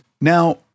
Now